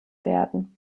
werden